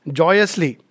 joyously